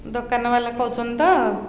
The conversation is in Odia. ଦୋକାନବାଲା କହୁଛନ୍ତି ତ